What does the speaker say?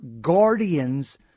guardians